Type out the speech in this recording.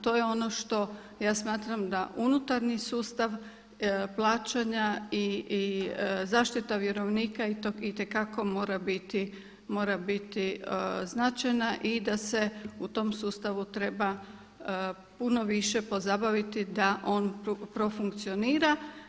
To je ono što ja smatram da unutarnji sustav plaćanja i zaštita vjerovnika itekako mora biti značajna i da se u tom sustavu treba puno više pozabaviti da on profunkcionira.